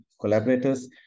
collaborators